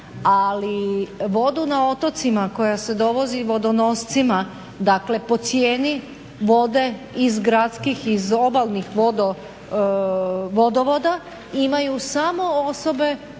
ali vodu na otocima koja se dovozi vodonoscima, dakle po cijeni vode iz gradskih, iz obalnih vodovoda imaju samo osobe